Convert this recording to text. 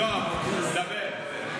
יואב, דבר.